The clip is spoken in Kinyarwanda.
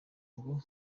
ngo